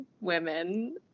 women